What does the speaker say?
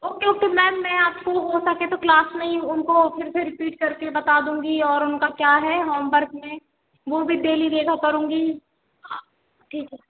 okay okay ma'am में आपको हो सके तो क्लास में ही उनको फ़िर से रीपीट करके बता दूँगी और उनका क्या है होमबर्क में वह भी डेली देखा करूँगी ठीक है